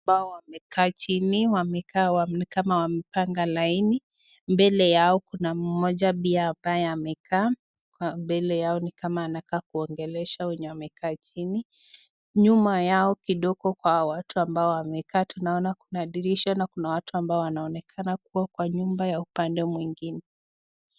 watu ambao wamekaa chini wamekaa ni kama wamepanga laini. Mbele yao kuna mmoja pia ambaye amekaa kwa mbele yao ni kama anawaongelesha wenye wamekaa chini. Nyuma yao kidogo kwa hawa watu ambao wamekaa tunaona kuna dirisha na kuna watu ambao wanaonekana kuwa kwa nyumba ya upande mwingine.